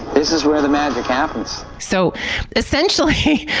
this is where the magic happens so essentially,